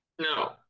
no